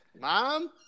Mom